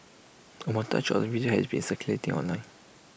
A montage of the video has been circulating online